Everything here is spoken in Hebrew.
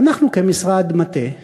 ואנחנו כמשרד מטה,